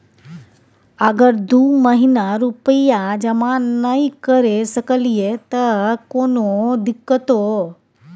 अगर दू महीना रुपिया जमा नय करे सकलियै त कोनो दिक्कतों?